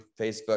Facebook